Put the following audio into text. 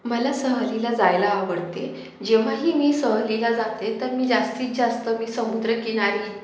मला सहलीला जायला आवडते जेव्हाही मी सहलीला जाते तर मी जास्तीत जास्त मी समुद्रकिनारी